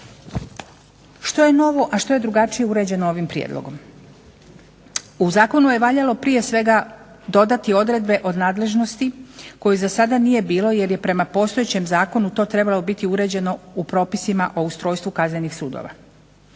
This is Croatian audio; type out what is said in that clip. Što je novo, a što je drugačije uređeno ovim prijedlogom? U zakonu je valjalo prije svega dodati odredbe od nadležnosti koje zasada nije bilo jer je prema postojećem zakonu to trebalo biti uređeno u propisima o ustrojstvu kaznenih sudova.